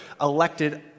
elected